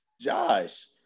Josh